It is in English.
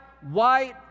white